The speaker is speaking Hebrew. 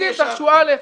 העובדים דרשו א',